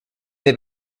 they